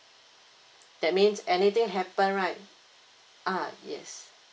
that means anything happen right ah yes